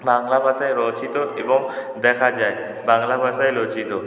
বাংলা ভাষায় রচিত এবং দেখা যায় বাংলা ভাষায় রচিত